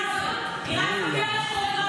מספיק עם השנאה הזאת, היא רק מביאה לחורבן.